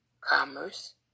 commerce